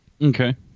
okay